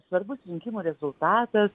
svarbus rinkimų rezultatas